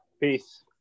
Peace